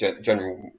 general